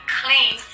clean